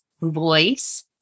voice